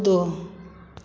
कूदो